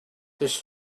his